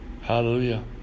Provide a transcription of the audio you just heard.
Hallelujah